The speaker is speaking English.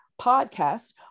Podcast